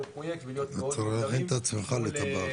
פרויקט ולהיות מאוד --- אתה צריך להכין את עצמך לתב"ר,